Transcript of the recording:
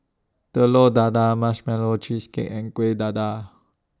Telur Dadah Marshmallow Cheesecake and Kueh Dadar